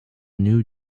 new